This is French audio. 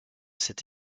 cet